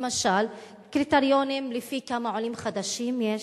למשל, קריטריונים לפי כמה עולים חדשים יש,